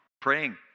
Praying